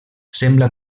sembla